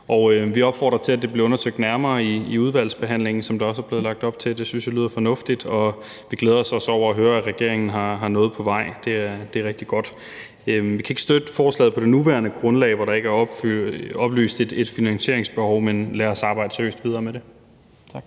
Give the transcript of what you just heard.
Vi opfordrer til, at det bliver undersøgt nærmere i udvalgsbehandlingen, som der også er blevet lagt op til. Det synes jeg lyder fornuftigt. Og vi glæder os også over at høre, at regeringen har noget på vej. Det er rigtig godt. Vi kan ikke støtte forslaget på dets nuværende grundlag, hvor der ikke er oplyst et finansieringsbehov, men lad os arbejde seriøst videre med det. Tak.